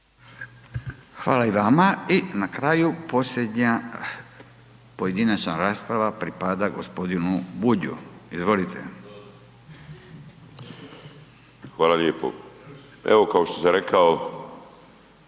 Hvala i vama. I na kraju posljednja pojedinačna rasprava pripada gospodinu Bulju. Izvolite. **Bulj, Miro (MOST)** Hvala lijepo. Evo, kao što sam rekao